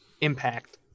impact